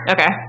Okay